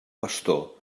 pastor